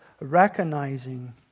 recognizing